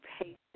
patient